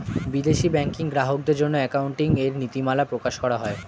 বিদেশে ব্যাংকিং গ্রাহকদের জন্য একটি অ্যাকাউন্টিং এর নীতিমালা প্রকাশ করা হয়